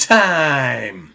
time